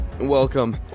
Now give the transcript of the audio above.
Welcome